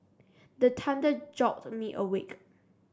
the thunder jolt me awake